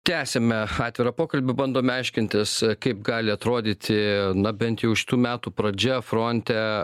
tęsiame atvirą pokalbį bandome aiškintis kaip gali atrodyti na bent jau šitų metų pradžia fronte